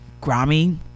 Grammy